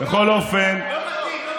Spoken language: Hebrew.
לא מתאים.